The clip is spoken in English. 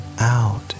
Out